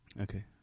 Okay